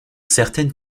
certaines